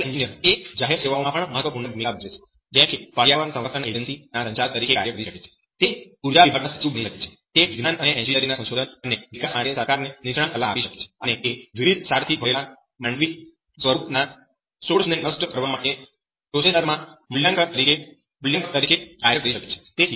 chemical engineer એ જાહેર સેવાઓ માં પણ મહત્વપૂર્ણ ભૂમિકા ભજવે છે જેમ કે પર્યાવરણ સંરક્ષણ એજન્સી ના સંચાલક તરીકે કાર્ય કરી શકે છે તે ઉર્જા વિભાગના સચિવ બની શકે છે તે વિજ્ઞાન અને એન્જિનિયરિંગના સંશોધન અને વિકાસ માટે સરકારને નિષ્ણાંત સલાહ આપી શકે છે અને તે વિવિધ સાર થી ભરેલા માંડવી સ્વરૂપો ના સ્ટોર્સ ને નષ્ટ કરવા માટે પ્રોસેસર ના મૂલ્યાંકક તરીકે કાર્ય કરી શકે છે